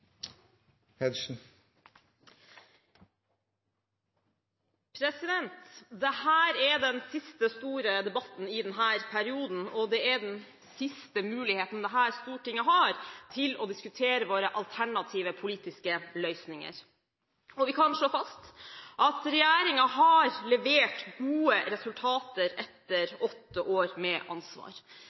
den siste muligheten dette Stortinget har til å diskutere våre alternative politiske løsninger. Og vi kan slå fast at regjeringen har levert gode resultater etter åtte år med ansvar.